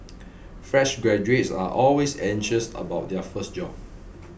fresh graduates are always anxious about their first job